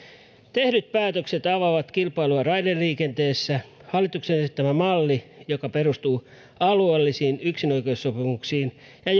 tehdyt päätökset avaavat kilpailua raideliikenteessä hallituksen esittämä malli joka perustuu alueellisiin yksinoikeussopimuksiin ja